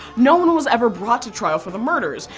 no one was ever brought to trial for the murders,